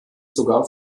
sogar